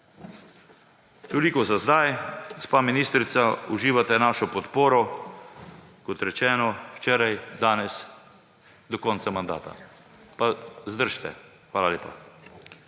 Toliko za zdaj. Gospa ministrica, uživate našo podporo, kot rečeno, včeraj, danes, do konca mandata. Pa zdržite. Hvala lepa.